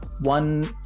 one